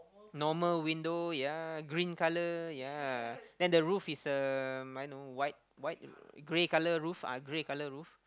normal window yea green colour yea then the roof is um I know white white grey colour roof ah grey colour roof